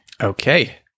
Okay